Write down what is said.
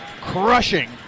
crushing